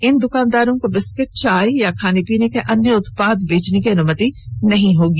इन दुकानदारों को बिस्किट चाय या खाने पीने के अन्य उत्पाद बेचने की अनुमति नहीं होगी